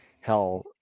hell